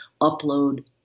upload